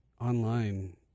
online